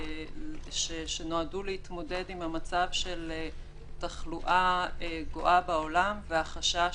שנועדו להתמודד עם המצב של תחלואה גואה בעולם והחשש